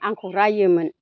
आंखौ रायोमोन